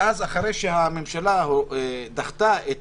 ואחרי שהממשלה דחתה את